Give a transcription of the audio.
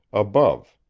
above.